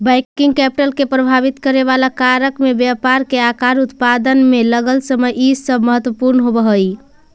working capital के प्रभावित करेवाला कारक में व्यापार के आकार, उत्पादन में लगल समय इ सब महत्वपूर्ण होव हई